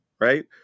right